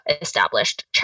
established